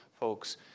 Folks